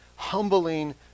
humbling